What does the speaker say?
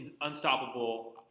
unstoppable